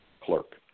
clerk